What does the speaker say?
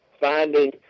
finding